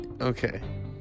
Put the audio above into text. okay